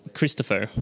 Christopher